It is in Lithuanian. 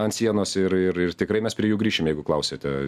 ant sienos ir ir ir tikrai mes prie jų grįšime jeigu klausiate